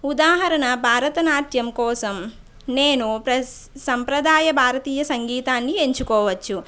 ఉదాహరణ భరతనాట్యం కోసం నేను ప్రస్ సంప్రదాయ భారతీయ సంగీతాన్ని ఎంచుకోవచ్చు